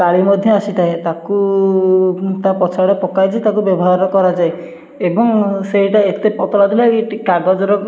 କାଳି ମଧ୍ୟ ଆସିଥାଏ ତାକୁ ତା ପଛଆଡ଼େ ପକାଯାଏ ତାକୁ ବ୍ୟବହାର କରାଯାଏ ଏବଂ ସେଇଟା ଏତେ ପତଳା ଥିଲା କି କାଗଜର